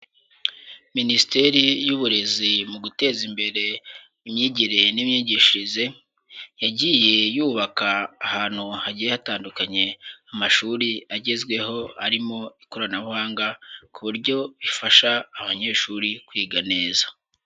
Minisiteri y'uburezi mu guteza imbere imyigire n'imyigishirize, yagiye yubaka ahantu hagiye hatandukanye amashuri agezweho arimo ikoranabuhanga, ku buryo bifasha abanyeshuri kwiga neza.